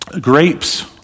Grapes